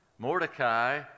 Mordecai